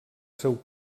seu